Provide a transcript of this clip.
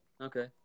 Okay